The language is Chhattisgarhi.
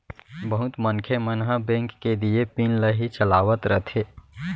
बहुत मनखे मन ह बेंक के दिये पिन ल ही चलावत रथें